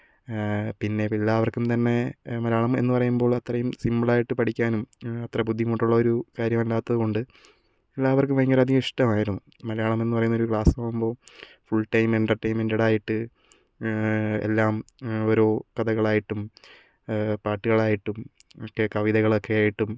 പിന്നെ ഇപ്പോൾ എല്ലാവർക്കും തന്നെ മലയാളം എന്നു പറയുമ്പോൾ അത്രയും സിംപിളായിട്ടു പഠിക്കാനും അത്ര ബുദ്ധിമുട്ടുള്ള ഒരു കാര്യമല്ലാത്തതുകൊണ്ട് എല്ലാവർക്കും ഭയങ്കര അധികം ഇഷ്ടമായിരുന്നു മലയാളം എന്നു പറയുന്ന ഒരു ക്ലാസ്സിൽ പോകുമ്പോൾ ഫുൾ ടൈം എൻ്റർടൈൻമെൻ്റഡായിട്ട് എല്ലാം ഓരോ കഥകളായിട്ടും പാട്ടുകളായിട്ടും ഒക്കെ കവിതകളൊക്കെ ആയിട്ടും